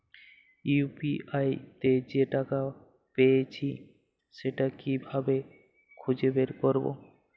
UPI তে যে টাকা পেয়েছি সেটা কিভাবে খুঁজে বের করবো?